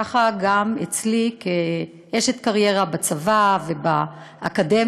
ככה גם אצלי, כאשת קריירה בצבא ובאקדמיה: